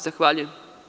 Zahvaljujem.